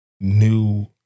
new